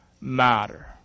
matter